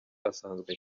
asanzwe